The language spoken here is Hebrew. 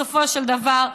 בסופו של דבר,